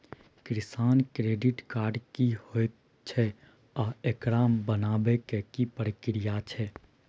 किसान credit card की होयत छै आ एकरा बनाबै के की प्रक्रिया छै?